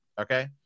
okay